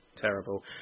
Terrible